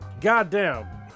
goddamn